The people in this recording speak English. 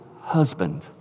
husband